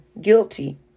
guilty